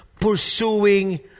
pursuing